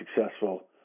successful